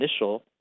initial